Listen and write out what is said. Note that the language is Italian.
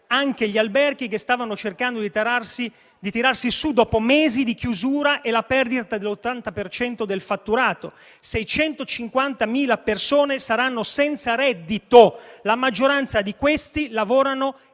anche gli alberghi che stavano cercando di tirarsi su dopo mesi di chiusura e la perdita dell'80 per cento del fatturato: 650.000 persone saranno senza reddito, la maggioranza di questi lavorano